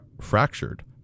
fractured